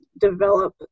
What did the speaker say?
develop